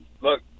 look